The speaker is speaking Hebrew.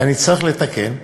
ואני אצטרך לתקן,